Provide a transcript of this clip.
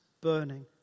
burning